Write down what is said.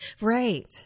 Right